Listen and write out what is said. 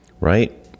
Right